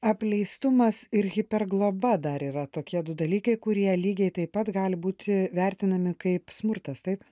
apleistumas ir hipergloba dar yra tokie du dalykai kurie lygiai taip pat gali būti vertinami kaip smurtas taip